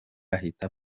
ahita